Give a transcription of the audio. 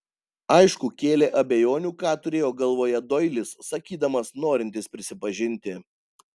aišku kėlė abejonių ką turėjo galvoje doilis sakydamas norintis prisipažinti